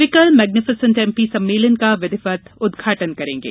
वे कल magnificent MP सम्मेलन का विधिवत उदघाटन करेंगे